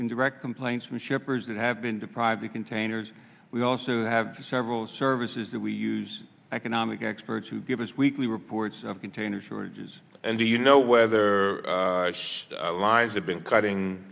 indirect complaints from shippers that have been deprived of containers we also have several services that we use economic experts who give us weekly reports of container shortages and do you know whether she lies have been cutting